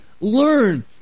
learn